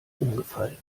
umgefallen